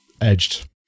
edged